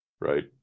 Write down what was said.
right